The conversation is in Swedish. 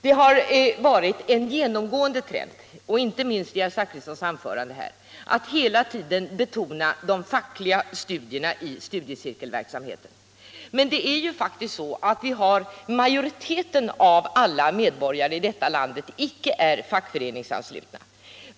Det har varit en genomgående trend, inte minst i herr Zachrissons anförande här, att betona de fackliga studierna i studiecirkelverksamheten, men det är faktiskt så att majoriteten av medborgarna i detta land icke är fackföreningsanslutna.